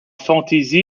fantasy